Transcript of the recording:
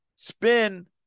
Spin